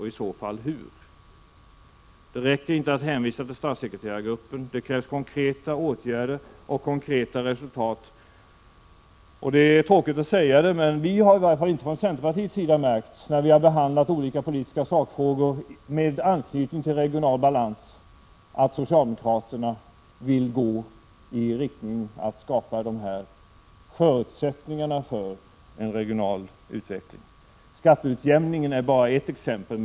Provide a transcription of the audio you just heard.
I så fall hur? Det räcker inte att hänvisa till statssekreterargruppen. Det krävs konkreta åtgärder och konkreta resultat. Det är tråkigt att behöva säga att när vi från centerpartiets sida har behandlat olika politiska sakfrågor med anknytning till regional balans, så har vi i varje fall inte märkt att socialdemokraterna skulle vilja gå i riktning mot att skapa dessa förutsättningar för en regional utveckling. Skatteutjämningen är bara ett exempel.